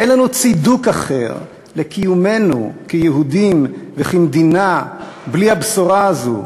אין לנו צידוק אחר לקיומנו כיהודים וכמדינה בלי הבשורה הזאת.